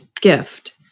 gift